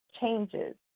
changes